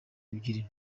ebyiri